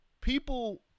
people